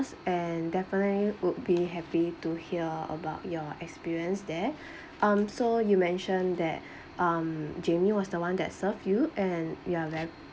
and definitely would be happy to hear about your experience there um so you mentioned that um jamie was the one that served you and you are very